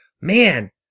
man